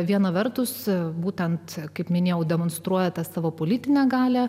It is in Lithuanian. viena vertus būtent kaip minėjau demonstruojate savo politinę galią